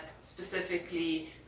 specifically